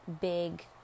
big